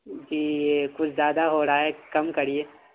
جی یہ کچھ زیادہ ہو رہا ہے کم کریے